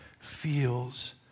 feels